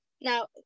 now